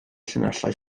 llinellau